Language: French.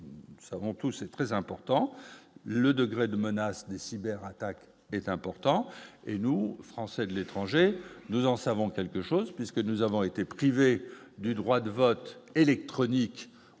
nous savons tous, c'est très important, le degré de menace des cyber attaques est important et nous Français de l'étranger, nous en savons quelque chose puisque nous avons été privés du droit de vote électronique